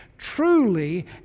truly